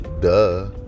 duh